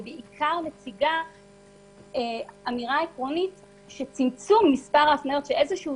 ובעיקר מציגה אמירה עקרונית שצמצמום מספר ההפניות שאיזשהו